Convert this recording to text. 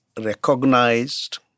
recognized